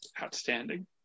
Outstanding